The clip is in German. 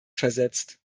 versetzt